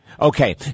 Okay